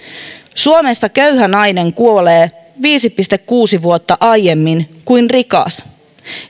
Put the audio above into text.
suomessa köyhä nainen kuolee viisi pilkku kuusi vuotta aiemmin kuin rikas